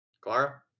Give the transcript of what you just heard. Clara